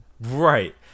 Right